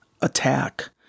attack